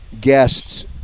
guests